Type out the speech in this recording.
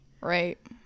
right